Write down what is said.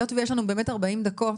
אבל היות ויש לנו באמת 40 דקות